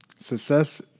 Success